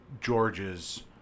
George's